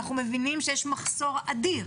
אנחנו מבינים שיש מחסור אדיר,